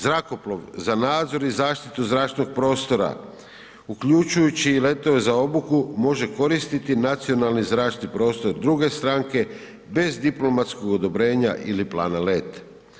Zrakoplov za nadzor i zaštitu zračnog prostora, uključujući i letove za obuku može koristiti nacionalni zračni prostor druge stranke bez diplomatskog odobrenja ili plana leta.